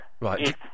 Right